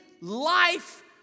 life